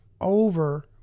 over